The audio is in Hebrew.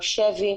הוא שבי.